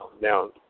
Now